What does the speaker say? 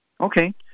Okay